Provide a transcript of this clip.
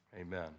Amen